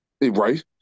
Right